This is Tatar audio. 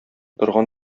торган